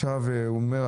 עכשיו הוא אומר,